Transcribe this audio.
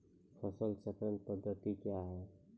फसल चक्रण पद्धति क्या हैं?